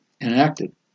enacted